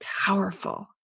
powerful